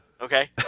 okay